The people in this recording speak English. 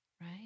right